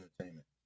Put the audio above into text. Entertainment